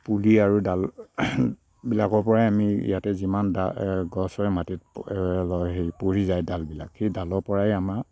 পুলি আৰু ডাল বিলাকৰপৰাই আমি ইয়াতে যিমান গছ হয় মাটিত লয় পৰি যায় ডালবিলাক সেই ডালৰপৰাই আমাৰ